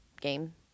game